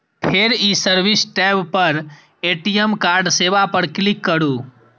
फेर ई service tab पर ए.टी.एम कार्ड सेवा पर क्लिक करू